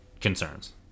concerns